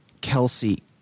Kelsey